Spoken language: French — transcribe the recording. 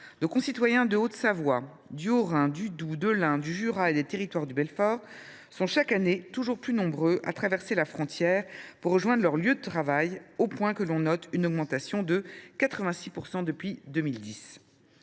Nos concitoyens de Haute Savoie, du Haut Rhin, du Doubs, de l’Ain, du Jura et du Territoire de Belfort sont chaque année toujours plus nombreux à traverser la frontière pour rejoindre leur lieu de travail. Depuis 2010, leur nombre a ainsi augmenté de 86 %.